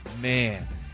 Man